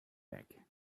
back